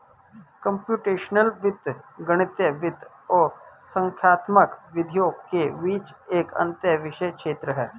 computational वित्त गणितीय वित्त और संख्यात्मक विधियों के बीच एक अंतःविषय क्षेत्र है